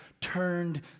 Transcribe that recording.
turned